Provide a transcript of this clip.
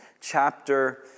chapter